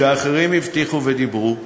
שאחרים הבטיחו ודיברו,